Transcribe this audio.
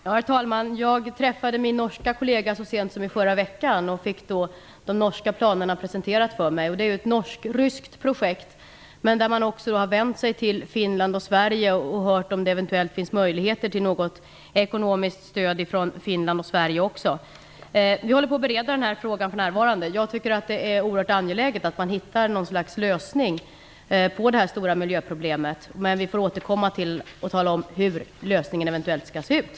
Herr talman! Jag träffade min norska kollega så sent som i förra veckan. Jag fick då de norska planerna presenterade för mig. Det är ett norsk/ryskt projekt, men man har även vänt sig till Finland och Sverige för att höra om det eventuellt är möjligt med något ekonomiskt stöd. För närvarande bereder vi frågan. Jag tycker att det är oerhört angeläget att finna något slags lösning på det här stora miljöproblemet. Vi får återkomma till hur lösningen skall se ut.